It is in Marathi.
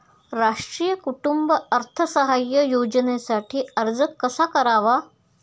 राष्ट्रीय कुटुंब अर्थसहाय्य योजनेसाठी अर्ज कसा करावा?